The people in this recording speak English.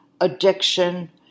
addiction